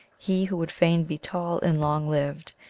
he who would fain be tall and long-lived,